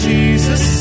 Jesus